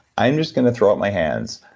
i'm just going to throw up my hands.